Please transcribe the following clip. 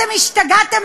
אתם השתגעתם?